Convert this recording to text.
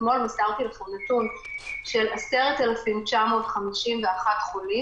אתמול מסרתי לכם נתון של 10,951 חולים,